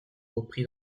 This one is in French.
repris